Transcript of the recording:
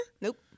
Nope